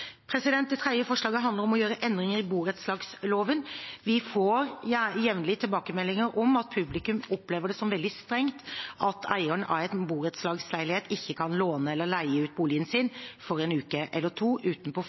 Det tredje forslaget handler om å gjøre endringer i borettslagsloven. Vi får jevnlig tilbakemeldinger om at publikum opplever det som veldig strengt at eieren av en borettslagsleilighet ikke kan låne eller leie ut boligen sin for en uke eller to, uten på